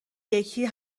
یکی